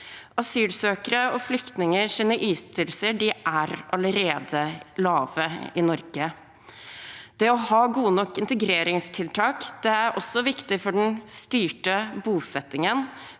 Asylsøkere og flyktningers ytelser er allerede lave i Norge. Det å ha gode nok integreringstiltak er også viktig for den styrte bosettingen.